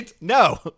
No